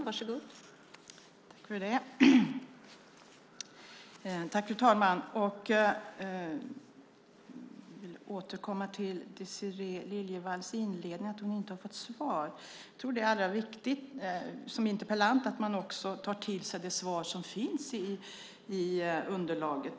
Fru talman! Jag vill börja med Désirée Liljevalls inledning där hon sade att hon inte fått svar. Jag tror att det är viktigt att man som interpellant tar till sig det svar som finns i underlaget.